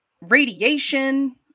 radiation